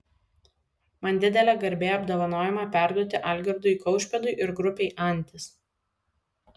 man didelė garbė apdovanojimą perduoti algirdui kaušpėdui ir grupei antis